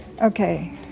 Okay